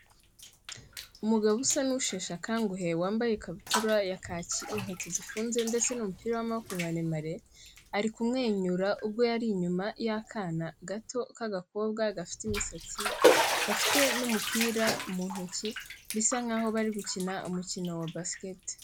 Umugabo usa n'usheshe akanguhe, wambaye ikabutura ya kaki, inkweto zifunze ndetse n'umupira w'amaboko maremare, ari kumwenyura, ubwo yari inyuma y'akana gato k'agakobwa gafite imisatsi, gafite n'umupira mu ntoki bisa nk'aho bari gukina umukino wa Basikete.